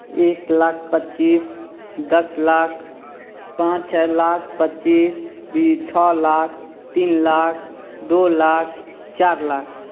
एक लाख पच्चीस दस लाख पाँच छः लाख पच्चीस बी छः लाख तीन लाख दो लाख चार लाख